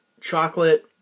chocolate